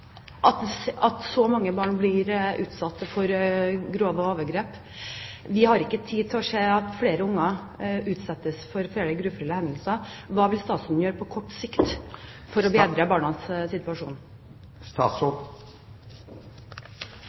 og se på at så mange barn blir utsatt for grove overgrep. Vi har ikke tid til å se at flere barn utsettes for flere grufulle hendelser. Hva vil statsråden gjøre på kort sikt for å bedre barnas situasjon?